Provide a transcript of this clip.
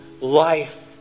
life